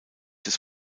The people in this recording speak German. des